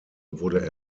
wurde